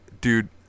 dude